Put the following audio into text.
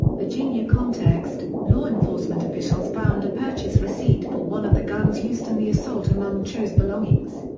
virginia context law enforcement officials found a purchase receipt for one of the guns used in the assault among cho's belongings.